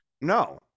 No